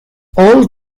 all